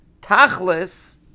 tachlis